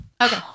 Okay